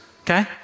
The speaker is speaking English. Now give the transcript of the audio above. okay